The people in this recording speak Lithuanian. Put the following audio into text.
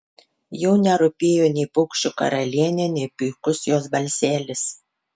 jau nerūpėjo nei paukščių karalienė nei puikus jos balselis